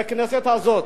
בכנסת הזאת,